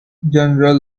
general